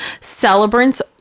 celebrants